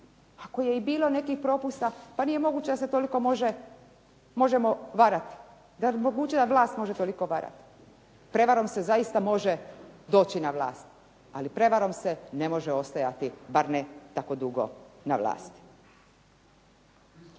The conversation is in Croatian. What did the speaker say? Ako je i bilo nekih propusta pa nije moguće da se toliko možemo varati. Zar je moguće da vlast može toliko varati? Prevarom se zaista može doći na vlast, ali prevarom se ne može ostajati, bar ne tako dugo na vlasti.